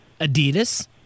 Adidas